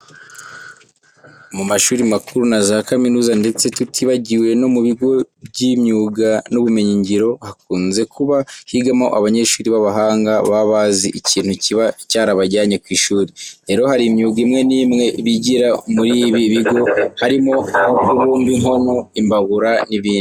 Mu mashuri makuru na za kaminuza ndetse tutibagiwe no mu bigo by'imyuga n'ubumenyingiro hakunze kuba higamo abanyeshuri b'abahanga baba bazi ikintu kiba cyarabajyanye ku ishuri. Rero hari imyuga imwe n'imwe bigira muri ibi bigo harimo nko kubumba inkono, imbabura n'ibindi.